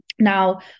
Now